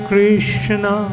Krishna